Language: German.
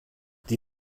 die